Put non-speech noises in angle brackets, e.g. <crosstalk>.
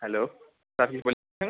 hello traffic <unintelligible>